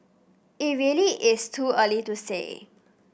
it really is too early to say